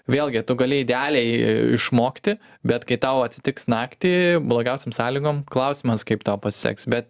vėlgi tu gali idealiai išmokti bet kai tau atsitiks naktį blogiausiom sąlygom klausimas kaip tau pasiseks bet